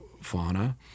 fauna